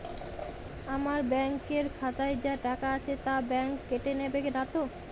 আমার ব্যাঙ্ক এর খাতায় যা টাকা আছে তা বাংক কেটে নেবে নাতো?